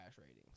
ratings